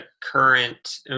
current –